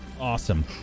Awesome